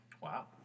Wow